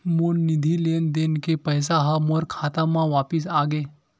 मोर निधि लेन देन के पैसा हा मोर खाता मा वापिस आ गे